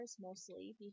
mostly